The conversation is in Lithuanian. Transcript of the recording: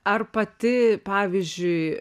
ar pati pavyzdžiui